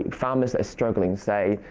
farmers are struggling, say,